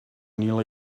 nearly